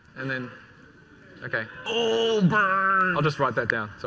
and then okay. oh, burn. i'll just write that down. so